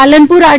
Palanpur R